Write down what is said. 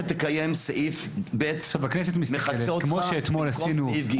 סעיף ב' מכסה אותך במקום סעיף ג'.